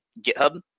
GitHub